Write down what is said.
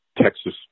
Texas